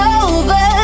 over